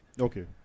Okay